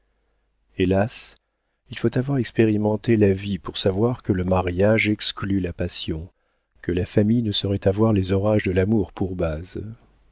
hélas il faut avoir expérimenté la vie pour savoir que le mariage exclut la passion que la famille ne saurait avoir les orages de l'amour pour base